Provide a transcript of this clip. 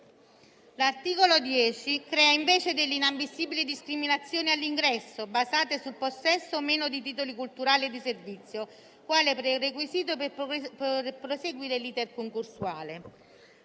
provvedimento crea invece delle inammissibili discriminazioni all'ingresso, basate sul possesso o meno di titoli culturali e di servizio, quale prerequisito per poter proseguire l'*iter* concorsuale.